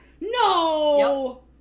No